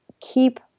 keep